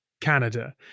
Canada